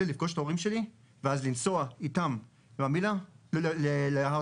לפגוש את ההורים שלי ואז לנסוע איתם להר הצופים?",